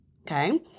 Okay